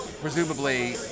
presumably